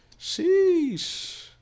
Sheesh